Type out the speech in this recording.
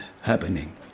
happening